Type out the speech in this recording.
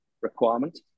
requirement